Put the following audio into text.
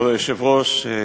כבוד היושב-ראש,